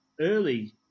early